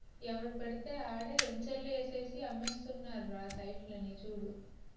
ఎవడు పెడితే ఆడే ఎంచర్లు ఏసేసి అమ్మేస్తున్నారురా సైట్లని చూడు